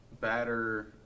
batter